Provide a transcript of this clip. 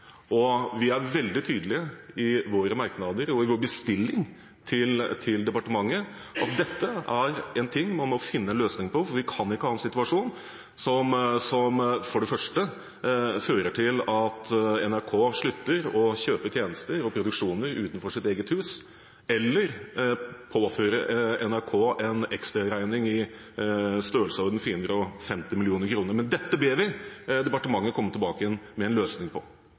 veldig tydelige i våre merknader og i vår bestilling til departementet på at dette er noe man må finne en løsning på, for vi kan ikke ha en situasjon som fører til at NRK slutter å kjøpe tjenester og produksjoner utenfor sitt eget hus, eller påfører NRK en ekstraregning i størrelsesorden 450 mill. kr. Men dette ber vi departementet komme tilbake igjen med en løsning på.